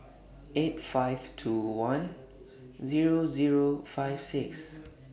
eight five two one Zero Zero five six